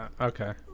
Okay